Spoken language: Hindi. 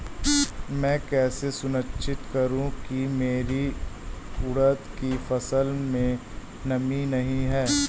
मैं कैसे सुनिश्चित करूँ की मेरी उड़द की फसल में नमी नहीं है?